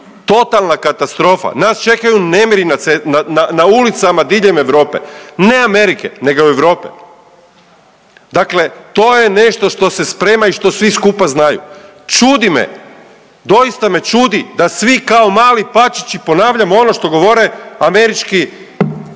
totalna katastrofa, nas čekaju nemiri na ulicama diljem Europe, ne Amerike nego Europe. Dakle, to je nešto što se sprema i što svi skupa znaju. Čudi me, doista me čudi da svi kao mali pačići ponavljamo ono što govore američki